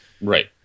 Right